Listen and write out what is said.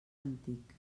antic